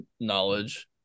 knowledge